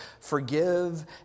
Forgive